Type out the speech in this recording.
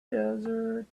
desert